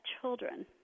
children